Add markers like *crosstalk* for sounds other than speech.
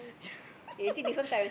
*laughs*